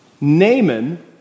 Naaman